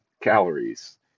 calories